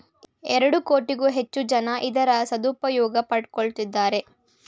ಎರಡು ಕೋಟಿಗೂ ಹೆಚ್ಚು ಜನ ಇದರ ಸದುಪಯೋಗ ಪಡಕೊತ್ತಿದ್ದಾರೆ